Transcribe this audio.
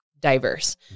diverse